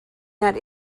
that